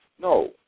No